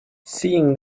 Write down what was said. seeing